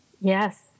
Yes